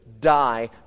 die